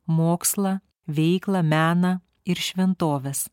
mokslą veiklą meną ir šventoves